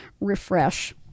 refresh